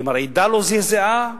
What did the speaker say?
ואם הרעידה לא זעזעה,